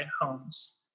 homes